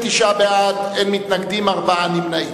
39 בעד, אין מתנגדים, ארבעה נמנעים.